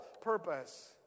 purpose